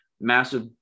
massive